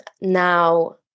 now